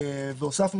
ויפה,